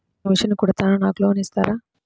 నేను మిషన్ కుడతాను నాకు లోన్ ఇస్తారా?